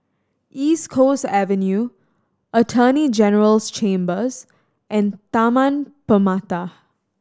East Coast Avenue Attorney General's Chambers and Taman Permata